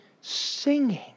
singing